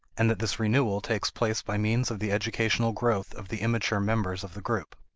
and that this renewal takes place by means of the educational growth of the immature members of the group.